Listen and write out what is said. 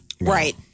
Right